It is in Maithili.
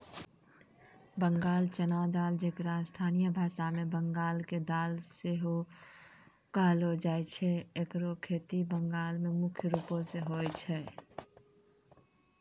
बंगाल चना दाल जेकरा स्थानीय भाषा मे बंगाल के दाल सेहो कहलो जाय छै एकरो खेती बंगाल मे मुख्य रूपो से होय छै